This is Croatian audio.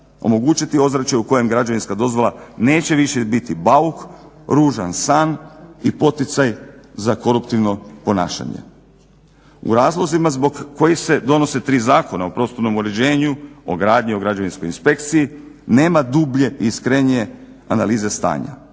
Omogućiti ozračje u kojem građevinska dozvola neće više biti bauk, ružan san, i poticaj za koruptivno ponašanje. U razlozima zbog kojih se donose tri zakona o prostornom uređenju, o gradnji, o građevinskoj inspekciji nema dublje, iskrenije analize stanja.